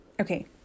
Okay